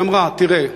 והיא אמרה: תראה,